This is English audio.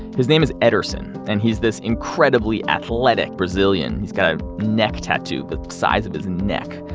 his name is ederson, and he's this incredibly athletic brazilian. he's got a neck tattoo the size of his neck.